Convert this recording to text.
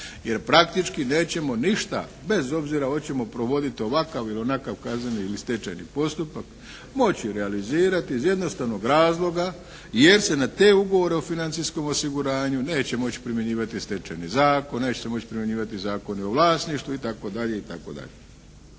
jer praktički nećemo ništa bez obzira hoćemo provoditi ovakav ili onakav kazneni ili stečajni postupak moći realizirati iz jednostavnog razloga jer se na te ugovore o financijskom osiguranju neće moći primjenjivati Stečajni zakon, neće se moći primjenjivati Zakon o vlasništvu itd.